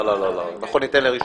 לא, ניתן לראשונה.